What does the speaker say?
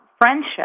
friendship